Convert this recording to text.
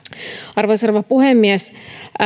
arvoisa rouva puhemies